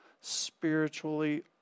spiritually